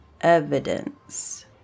evidence